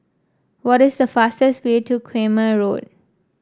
what is the fastest way to Quemoy Road